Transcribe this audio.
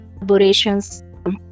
collaborations